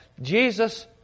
Jesus